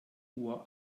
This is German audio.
uhr